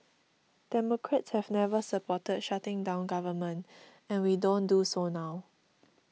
democrats have never supported shutting down government and we don't do so now